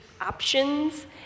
options